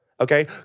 Okay